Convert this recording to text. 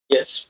Yes